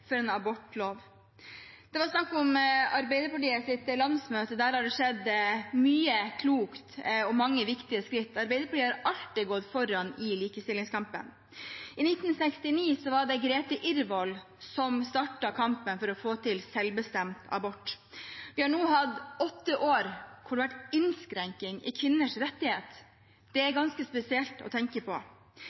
for en abortlov. Det var snakk om Arbeiderpartiets landsmøte. Der har det skjedd mye klokt og mange viktige skritt. Arbeiderpartiet har alltid gått foran i likestillingskampen. I 1969 var det Grethe Irvoll som startet kampen for å få til selvbestemt abort. Vi har nå hatt åtte år hvor det har vært innskrenking i kvinners rettigheter. Det er ganske spesielt å tenke på.